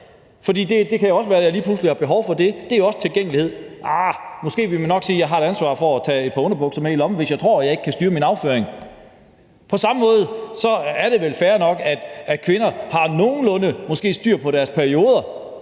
For det kan også være, der lige pludselig er behov for det, og det handler også om tilgængelighed. Arh, måske ville man nok sige, at jeg har et ansvar for at tage et par underbukser med i lommen, hvis jeg ikke tror, jeg kan styre min afføring. På samme måde er det vel fair nok, at kvinder har nogenlunde styr på deres perioder,